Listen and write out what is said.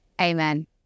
amen